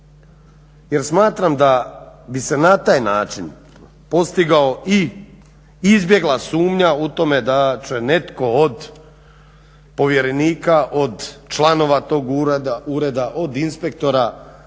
jer smatram da bi se na taj način postigao i izbjegla sumnja u tome da će netko od povjerenika, od članova tog ureda, od inspektora